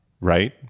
right